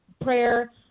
prayer